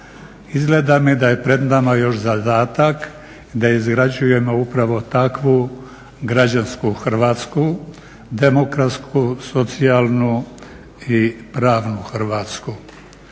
Izgleda mi da je pred nama još zadatak da izgrađujemo upravo takvu građansku Hrvatsku, demokratsku, socijalnu i pravnu Hrvatsku,